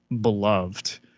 beloved